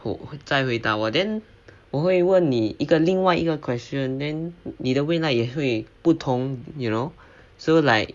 我在回答我 then 我会问你一个另外一个 question then 你的未来也会不同 you know so like